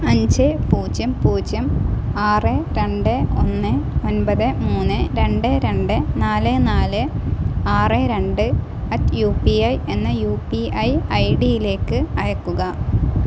അഞ്ച് പൂജ്യം പൂജ്യം ആറ് രണ്ട് ഒന്ന് ഒൻപത് മൂന്ന് രണ്ട് രണ്ട് നാലേ നാല് ആറ് രണ്ട് അറ്റ് യു പി ഐ എന്ന യു പി ഐ ഐ ഡിയിലേക്ക് അയയ്ക്കുക